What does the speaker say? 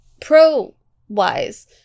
pro-wise